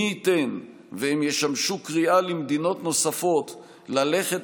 מי ייתן והם ישמשו קריאה למדינות נוספות ללכת